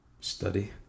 Study